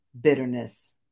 bitterness